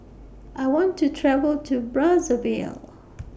I want to travel to Brazzaville